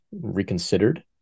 reconsidered